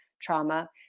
trauma